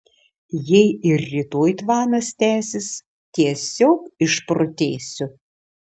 jei ir rytoj tvanas tęsis tiesiog išprotėsiu